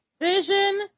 vision